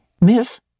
Miss